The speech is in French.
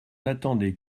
attendait